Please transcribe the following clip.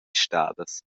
stadas